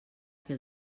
que